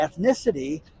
ethnicity